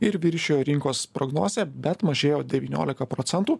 ir viršijo rinkos prognozę bet mažėjo devyniolika procentų